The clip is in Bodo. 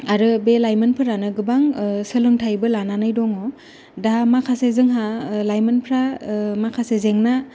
आरो बे लायमोनफोरानो गोबां सोलोंथायबो लानानै दङ दा माखासे जोंहा लायमोनफ्रा माखासे जेंना